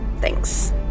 Thanks